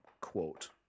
quote